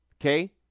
Okay